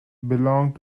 belong